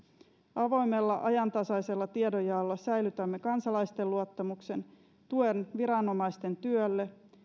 avoimella ajantasaisella tiedonjaolla säilytämme kansalaisten luottamuksen tuen viranomaisten työlle